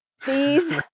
please